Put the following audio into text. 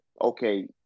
okay